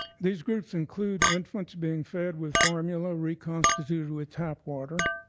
these groups include infants being fed with formula reconstituted with tap water,